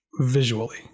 visually